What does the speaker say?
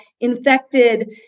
infected